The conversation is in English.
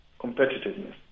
competitiveness